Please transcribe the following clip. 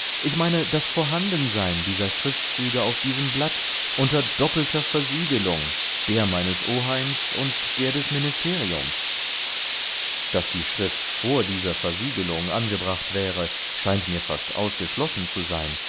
ich meine das vorhandensein dieser schriftzüge auf diesem blatt unter doppelter versiegelung der meines oheims und der des ministeriums daß die schrift vor dieser versiegelung angebracht wäre scheint mir fast ausgeschlossen zu sein